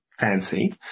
fancy